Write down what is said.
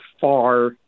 far